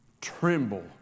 tremble